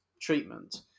treatment